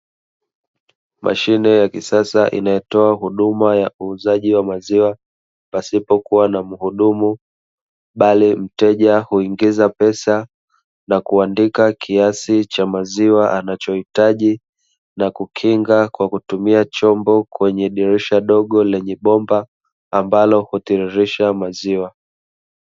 Mashine ya kisasa inayotoa huduma ya uuzaji wa maziwa pasipokuwa na muhudumu, bali mteja huingiza pesa na kuandika kiasi cha maziwa anachohitaji na kukinga kwa kutumia chombo kwenye dirisha dogo lenye bomba ambalo hutililisha maziwa.